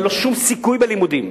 אין לו שום סיכוי בלימודים.